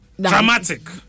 dramatic